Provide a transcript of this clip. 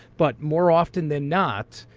but more often than not,